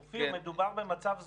אופיר, מדובר במצב זמני.